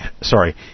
sorry